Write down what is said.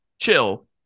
chill